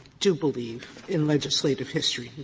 do believe in legislative history.